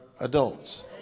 adults